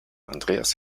andreas